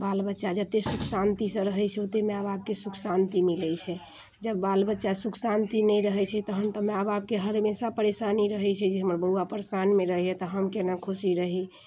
बाल बच्चा जते सुख शान्तिसँ रहै छै ओतै माय बापकेे सुख शान्ति मिलै छै जब बाल बच्चा सुख शान्ति नहि रहै छै तहन तऽ माय बापके हर हमेशा परेशानी रहै छै जे हमर बउआ परेशानमे रहैए तऽ हम केना खुशी रही